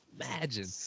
imagine